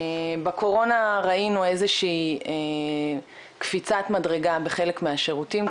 בקורונה ראינו איזושהי קפיצת מדרגה בחלק מהשירותים,